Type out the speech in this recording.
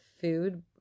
food